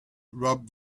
rub